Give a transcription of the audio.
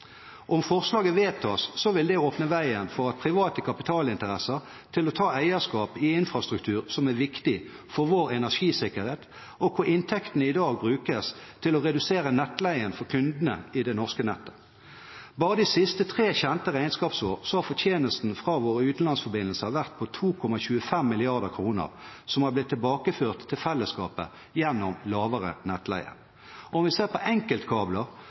Om forslaget vedtas, vil det åpne veien for private kapitalinteresser til å ta eierskap i infrastruktur som er viktig for vår energisikkerhet, og hvor inntektene i dag brukes til å redusere nettleien for kundene i det norske nettet. Bare de siste tre kjente regnskapsår har fortjenesten fra våre utenlandsforbindelser vært på 2,25 mrd. kr, som har blitt tilbakeført til fellesskapet gjennom lavere nettleie. Om vi ser på enkeltkabler,